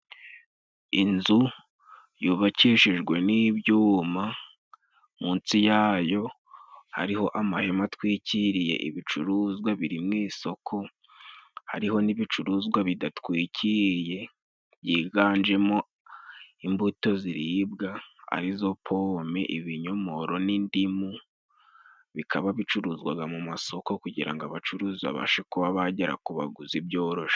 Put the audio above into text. Inzu yubakishijwe n'ibyuma, mu nsi yayo hariho amahema atwikiriye ibicuruzwa biri mu isoko, hariho n'ibicuruzwa bidatwikiriye byiganjemo imbuto ziribwa arizo pome, ibinyomoro n'indimu, bikaba bicuruzwaga mu masoko kugira ngo abacuruzi babashe kuba bagera ku baguzi byoroshe.